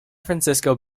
francisco